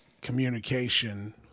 communication